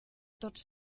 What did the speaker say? tots